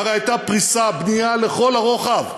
הרי הייתה פריסה, בנייה לכל הרוחב.